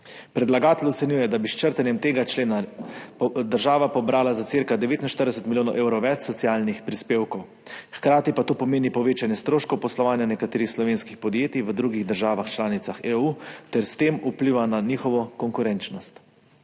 Predlagatelj ocenjuje, da bi s črtanjem tega člena država pobrala za cirka 49 milijonov evrov več socialnih prispevkov, hkrati pa to pomeni povečanje stroškov poslovanja nekaterih slovenskih podjetij v drugih državah članicah EU ter s tem vpliva na njihovo konkurenčnost.